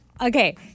Okay